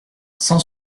cent